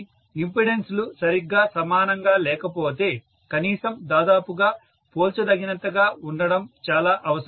కాబట్టి ఇంపెడెన్సులు సరిగ్గా సమానంగా లేకపోతే కనీసం దాదాపుగా పోల్చదగినంతగా ఉండడం చాలా అవసరం